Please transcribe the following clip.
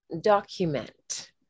document